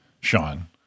Sean